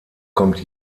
kommt